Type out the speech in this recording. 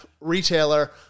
retailer